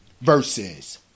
Verses